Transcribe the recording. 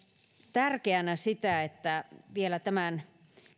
tärkeänä sitä että vielä tämän